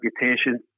reputation